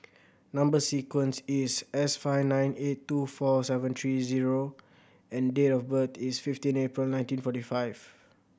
number sequence is S five nine eight two four seven three zero and date of birth is fifteen April nineteen forty five